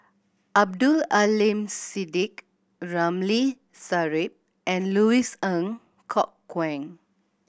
Abdul Aleem Siddique Ramli Sarip and Louis Ng Kok Kwang